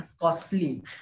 costly